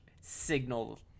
signal